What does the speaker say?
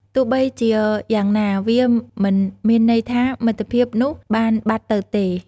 ទោះបីជាយ៉ាងណា វាមិនមានន័យថាមិត្តភាពនោះបានបាត់ទៅទេ។